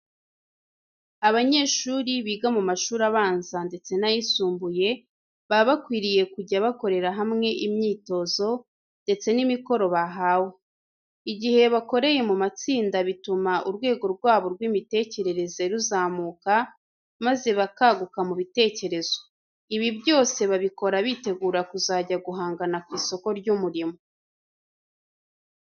Abanyeshuri biga mu mashuri abanza ndetse n'ayisumbuye baba bakwiriye kujya bakorera hamwe imyitozo ndetse n'imikoro bahawe. Igihe bakoreye mu matsinda bituma urwego rwabo rw'imitekerereze ruzamuka maze bakaguka mu bitekerezo. Ibi byose babikora bitegura kuzajya guhangana ku isoko ry'umurimo.